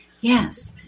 Yes